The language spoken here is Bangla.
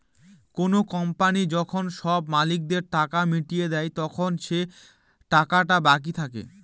কোনো কোম্পানি যখন সব মালিকদের টাকা মিটিয়ে দেয়, তখন যে টাকাটা বাকি থাকে